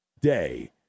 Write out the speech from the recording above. day